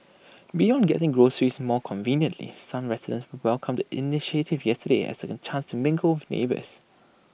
beyond getting groceries more conveniently some residents welcomed the initiative yesterday as A an chance to mingle with neighbours